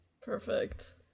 Perfect